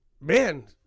Man